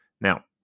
Now